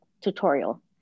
tutorial